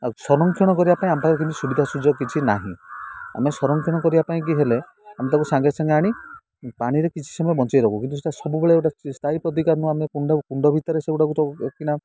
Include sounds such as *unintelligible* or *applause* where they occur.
ଆଉ ସଂରକ୍ଷଣ କରିବା ପାଇଁ ଆମ ପାଖରେ କିଛି ସୁବିଧା ସୁଯୋଗ କିଛି ନାହିଁ ଆମେ ସଂରକ୍ଷଣ କରିବା ପାଇଁ କି ହେଲେ ଆମେ ତାକୁ ସାଙ୍ଗେ ସାଙ୍ଗେ ଆଣି ପାଣିରେ କିଛି ସମୟ ବଞ୍ଚାଇ ଦେବୁ କିନ୍ତୁ ସେଇଟା ସବୁବେଳେ ଗୋଟେ ସ୍ଥାୟୀ ପ୍ରତିକାର ନୁହଁ ଆମେ କୁଣ୍ଡ କୁଣ୍ଡ ଭିତରେ ସେଗୁଡ଼ାକୁ *unintelligible*